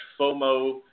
FOMO